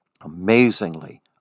amazingly